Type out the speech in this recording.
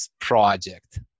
project